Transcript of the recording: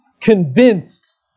convinced